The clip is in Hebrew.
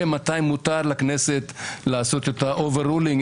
מתי מותר לכנסת לעשות את ה-overruling,